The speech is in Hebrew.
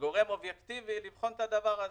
כגורם אובייקטיבי, לבחון את הדבר הזה.